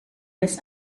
miss